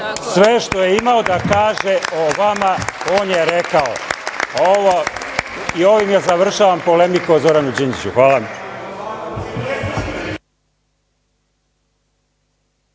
Sve što je imao da kaže o vama, on je rekao. Ovim završavam polemiku o Zoranu Đinđiću. Hvala.